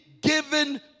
given